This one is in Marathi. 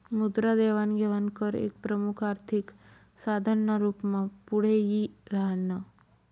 मुद्रा देवाण घेवाण कर एक प्रमुख आर्थिक साधन ना रूप मा पुढे यी राह्यनं